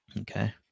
Okay